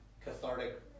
cathartic